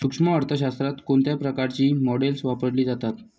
सूक्ष्म अर्थशास्त्रात कोणत्या प्रकारची मॉडेल्स वापरली जातात?